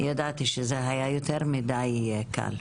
אני ידעתי שזה היה יותר מידי קל.